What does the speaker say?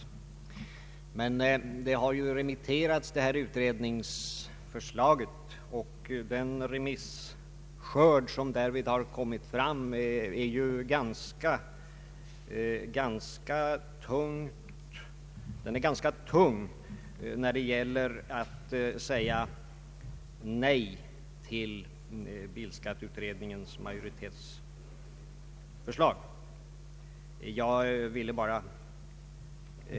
Utredningsförslaget har remitterats till olika instanser, och den remisskörd som därvid kommit fram är ganska tung när det gäller att säga nej till det förslag som framlagts av bilskatteutredningens majoritet.